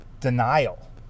denial